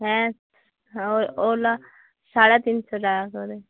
হ্যাঁ ওগুলো সাড়ে তিনশো টাকা করে